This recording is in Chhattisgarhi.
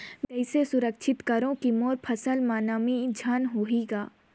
मैं कइसे सुरक्षित करो की मोर फसल म नमी झन होही ग?